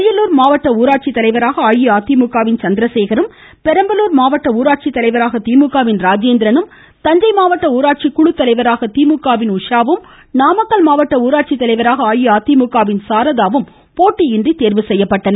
அரியலூர் மாவட்ட ஊராட்சி தலைவராக அஇஅதிமுகவின் சந்திரசேகரும் பெரம்பலூர் மாவட்ட ஊராட்சி தலைவராக திமுகவின் ராஜேந்திரனும் தஞ்சை மாவட்ட ஊராட்சி குழு தலைவராக திமுகவின் உஷாவும் நாமக்கல் மாவட்ட ஊராட்சி தலைவராக அஇஅதிமுக வின் சாரதாவும் போட்டியின்றி தேர்வு செய்யப்பட்டுள்ளனர்